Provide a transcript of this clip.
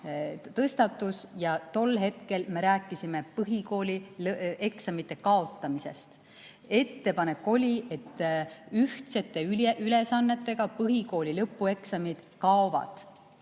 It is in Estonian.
tõstatus, ja tol hetkel me rääkisime põhikooli eksamite kaotamisest. Ettepanek oli, et ühtsete ülesannetega põhikooli lõpueksamid kaovad.